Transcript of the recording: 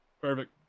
Perfect